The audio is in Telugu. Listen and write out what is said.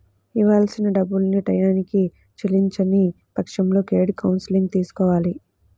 ఇయ్యాల్సిన డబ్బుల్ని టైయ్యానికి చెల్లించని పక్షంలో క్రెడిట్ కౌన్సిలింగ్ తీసుకోవాలి